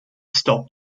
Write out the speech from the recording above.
stop